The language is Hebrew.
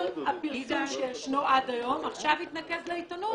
הפרסום שיש עד היום עכשיו יתנקז לעיתונות,